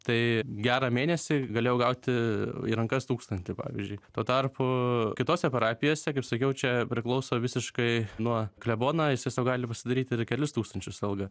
tai gerą mėnesį galėjau gauti į rankas tūkstantį pavyzdžiui tuo tarpu kitose parapijose kaip sakiau čia priklauso visiškai nuo klebono jisai sau gali pasidaryti ir kelis tūkstančius algą